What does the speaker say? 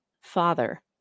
father